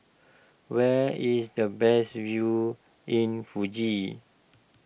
where is the best view in Fuji